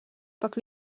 pak